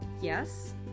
Yes